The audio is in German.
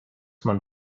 man